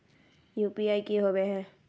UPI की होवे है?